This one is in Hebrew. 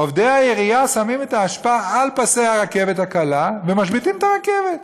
עובדי העירייה שמים את האשפה על פסי הרכבת הקלה ומשביתים את הרכבת.